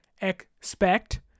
expect